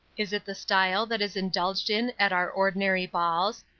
is it the style that is indulged in at our ordinary balls,